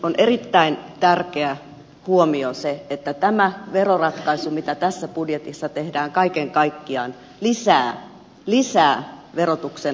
on erittäin tärkeä huomio se että tämä veroratkaisu jota tässä budjetissa tehdään kaiken kaikkiaan lisää lisää verotuksen progressiivisuutta